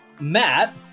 matt